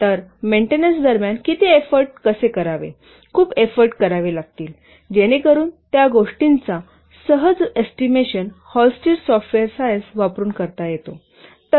तर मेंटेनन्स दरम्यान किती एफोर्ट कसे करावे खूप एफोर्ट करावे लागतील जेणेकरुन त्या गोष्टींचा सहज एस्टिमेशन हॉलस्टिड सॉफ्टवेयर सायन्स वापरुन करता येतो